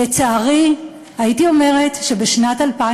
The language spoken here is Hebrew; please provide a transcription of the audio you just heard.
לצערי, הייתי אומרת שבשנת 2015